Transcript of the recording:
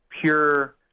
pure